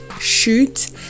shoot